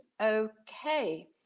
Okay